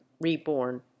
reborn